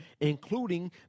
including